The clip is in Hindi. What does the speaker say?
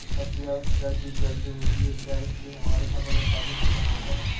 सबसे ज्यादा सिंचाई ट्यूबवेल से होती है क्या इससे हमारे फसल में काफी नुकसान आता है?